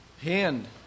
hand